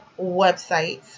websites